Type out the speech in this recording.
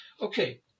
Okay